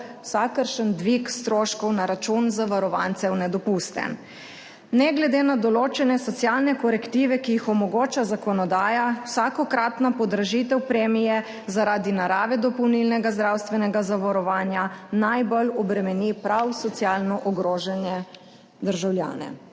vsakršen dvig stroškov na račun zavarovancev nedopusten. Ne glede na določene socialne korektive, ki jih omogoča zakonodaja, vsakokratna podražitev premije zaradi narave dopolnilnega zdravstvenega zavarovanja najbolj obremeni prav socialno ogrožene državljane.